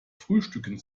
frühstücken